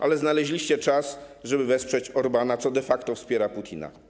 Ale znaleźliście czas, żeby wesprzeć Orbána, który de facto wspiera Putina.